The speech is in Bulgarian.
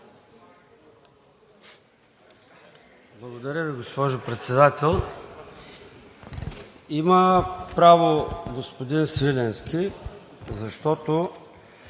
Благодаря Ви, госпожо Председател. Има право господин Свиленски. Допусна